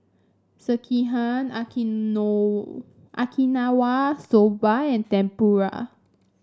Sekihan Okinawa Soba and Tempura